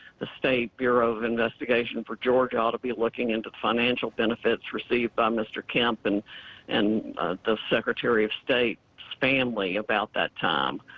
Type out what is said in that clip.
the state bureau of investigation for georgia ought to be looking into financial benefits received by mr. kemp and and the secretary of state's family about that time.